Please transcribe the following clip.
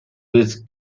with